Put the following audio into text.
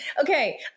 Okay